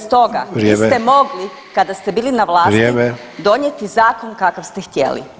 Stoga [[Upadica Sanader: Vrijeme.]] niste mogli kada ste bili na vlasti [[Upadica Sanader: Vrijeme.]] donijeti zakon kakav ste htjeli.